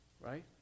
Right